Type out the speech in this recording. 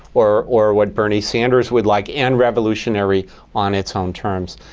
or or what bernie sanders would like, and revolutionary on its own terms.